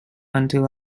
until